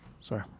sorry